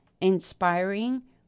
inspiring